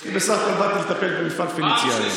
אני בסך הכול באתי לטפל במפעל פניציה היום.